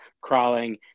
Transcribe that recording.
crawling